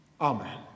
amen